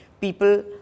people